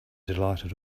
delighted